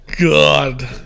God